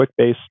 QuickBase